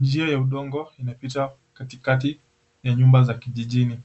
Njia ya udongo inapita katikati ya nyumba za kijijini.